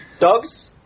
dogs